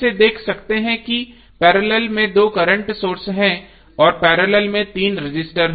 से देख सकते हैं कि पैरेलल में दो करंट सोर्स हैं और पैरेलल में तीन रजिस्टर हैं